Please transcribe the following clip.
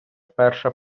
перша